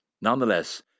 Nonetheless